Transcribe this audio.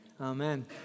Amen